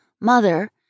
Mother